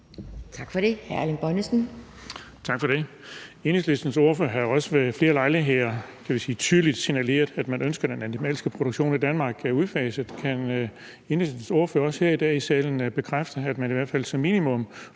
Kl. 11:17 Erling Bonnesen (V): Tak for det. Enhedslistens ordfører har jo også ved flere lejligheder tydeligt signaleret, kan man sige, at man ønsker den animalske produktion i Danmark udfaset. Kan Enhedslistens ordfører også her i dag i salen bekræfte, at man i hvert fald som minimum